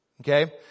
Okay